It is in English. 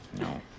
No